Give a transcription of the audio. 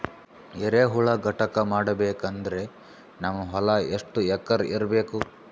ಎರೆಹುಳ ಘಟಕ ಮಾಡಬೇಕಂದ್ರೆ ನಮ್ಮ ಹೊಲ ಎಷ್ಟು ಎಕರ್ ಇರಬೇಕು?